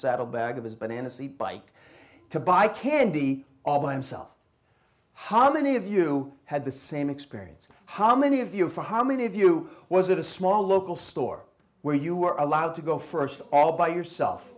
saddle bag of his banana seat bike to buy candy all by himself how many of you had the same experience how many of you for how many of you was at a small local store where you were allowed to go st all by yourself